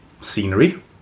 Scenery